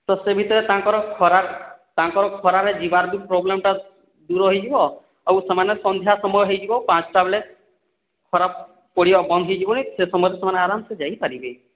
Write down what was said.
ତ ସେ ଭିତରେ ତାଙ୍କର ଖରା ତାଙ୍କର ଖରାରେ ଯିବାର ଯେଉଁ ପ୍ରୋବ୍ଲେମ୍ଟା ଦୂର ହୋଇଯିବ ଆଉ ସେମାନେ ସନ୍ଧ୍ୟା ସମୟ ହୋଇଯିବ ପାଞ୍ଚଟା ବେଳେ ଖରା ପଡ଼ିବା ବନ୍ଦ ହୋଇଯିବ ସେ ସମୟରେ ସେ ଆରାମ୍ସେ ଯାଇପାରିବେ